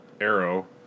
Arrow